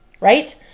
Right